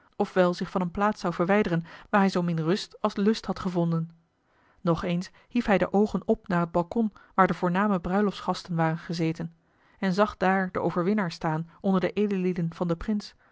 wel zich van eene plaats zou verwijderen waar hij zoomin rust als lust had gevonden nog eens hief hij de oogen op naar t balkon waar de voorname bruiloftsgasten waren gezeten en zag daar den overwinnaar staan onder de edellieden van den prins